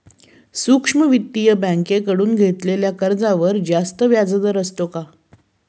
सूक्ष्म वित्तीय बँकेकडून घेतलेल्या कर्जावर जास्त व्याजदर असतो का?